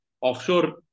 offshore